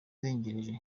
nimureke